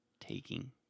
taking